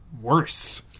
worse